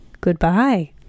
goodbye